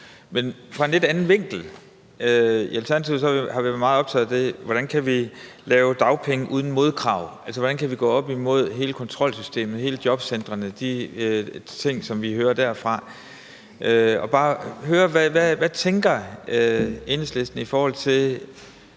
men fra en lidt anden vinkel. I Alternativet har vi været meget optaget af, hvordan vi kan lave dagpenge uden modkrav. Altså hvordan vi kan gå op imod hele kontrolsystemet, jobcentrene og de ting, som vi hører derfra. Og jeg vil bare høre, hvad Enhedslisten tænker